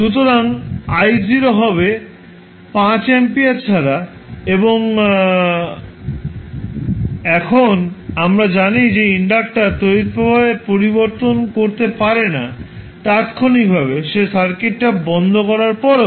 সুতরাং I0 হবে 5 ampere ছাড়া এবং এখন আমরা জানি যে ইন্ডাক্টার তড়িৎ প্রবাহের পরিবর্তন করতে পারে না তাত্ক্ষণিকভাবে সে সার্কিট বন্ধ করার পরেও